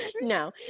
No